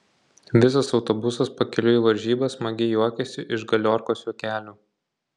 visas autobusas pakeliui į varžybas smagiai juokėsi iš galiorkos juokelių